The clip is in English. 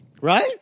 Right